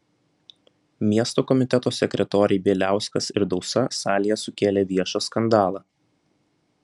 miesto komiteto sekretoriai bieliauskas ir dausa salėje sukėlė viešą skandalą